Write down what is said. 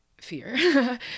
fear